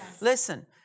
Listen